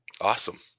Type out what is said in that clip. awesome